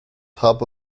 top